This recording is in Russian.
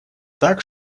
так